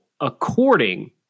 according